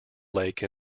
lake